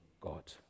God